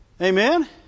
Amen